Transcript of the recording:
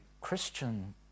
Christian